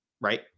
Right